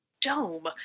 dome